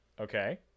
Okay